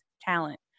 talent